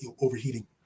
overheating